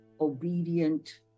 obedient